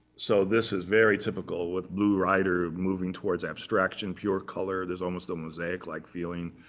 so this is very typical with blue rider moving towards abstraction, pure color. there's almost a mosaic-like feeling,